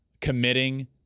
committing